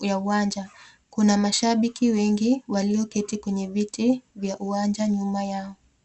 ya uwanja. Kuna mashabiki wengine walioketi kwenye viti ya uwanja nyuma yao.